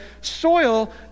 soil